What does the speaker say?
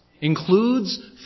includes